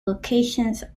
locations